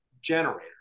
generator